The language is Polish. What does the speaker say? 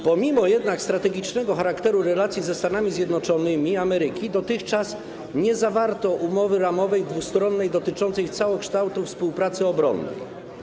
Pomimo jednak strategicznego charakteru relacji ze Stanami Zjednoczonymi Ameryki dotychczas nie zawarto ramowej umowy dwustronnej dotyczącej całokształtu współpracy obronnej.